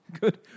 good